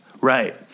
Right